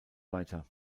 weiter